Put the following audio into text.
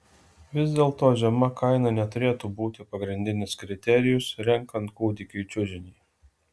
vis dėlto žema kaina neturėtų būti pagrindinis kriterijus renkant kūdikiui čiužinį